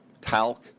TALC